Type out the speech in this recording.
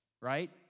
right